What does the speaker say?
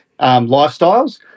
lifestyles